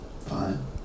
Fine